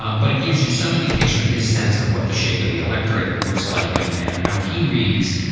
um but it gives you some indication of his sense of what the shape of the electorate looks like and and how he reads.